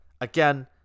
Again